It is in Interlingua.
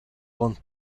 con